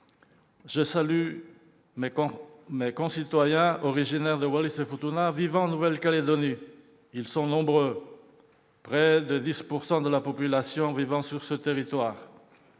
Je salue mes concitoyens originaires de Wallis-et-Futuna qui habitent en Nouvelle-Calédonie, où ils sont nombreux- près de 10 % de la population vivant sur ce territoire.